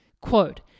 Quote